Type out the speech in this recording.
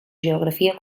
geografia